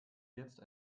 jetzt